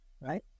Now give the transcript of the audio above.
right